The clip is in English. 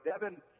Devin